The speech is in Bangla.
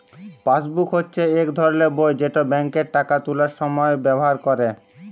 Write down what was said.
পাসবুক হচ্যে ইক ধরলের বই যেট ব্যাংকে টাকা তুলার সময় ব্যাভার ক্যরে